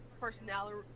personality